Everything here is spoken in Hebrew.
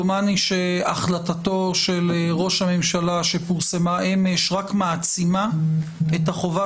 דומני שהחלטתו של ראש הממשלה שפורסמה אמש רק מעצימה את החובה